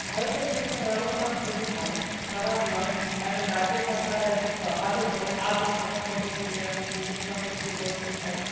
ভারতের শিক্ষা ব্যবস্থা খুবই ভালো খারাপ নয় এখন রাজ্য সরকারের হাতে চলে আছে সমস্ত কিছু এখন দিদি সব কিছু করছে তাই